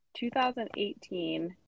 2018